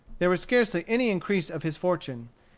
there was scarcely any increase of his fortune.